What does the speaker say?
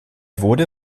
wurde